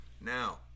Now